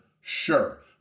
Sure